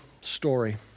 story